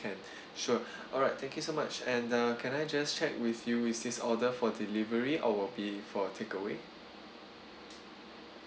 can sure alright thank you so much and uh can I just check with you is this order for delivery or will be for takeaway